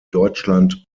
deutschland